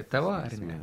tavo ar ne